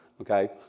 okay